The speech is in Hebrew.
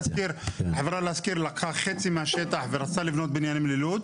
חברה להשכיר לקחה חצי מהשטח ורצתה לבנות בניינים ללוד.